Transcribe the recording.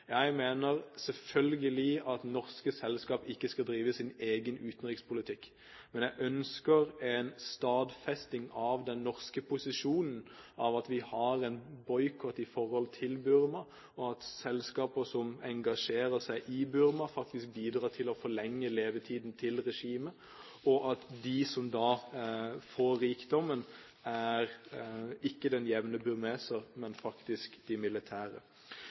Jeg mener selvfølgelig at norske selskap ikke skal drive sin egen utenrikspolitikk, men jeg ønsker en stadfesting av den norske posisjonen av at vi har en boikott i forhold til Burma, og at selskaper som engasjerer seg i Burma, faktisk bidrar til å forlenge levetiden til regimet, og at de som får rikdommen, ikke er den jevne burmeser, men faktisk de militære.